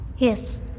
Yes